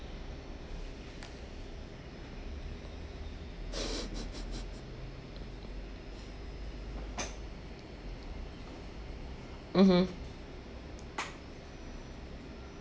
mmhmm